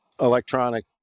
electronic